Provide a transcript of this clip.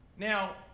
Now